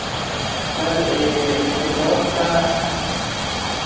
sir यह का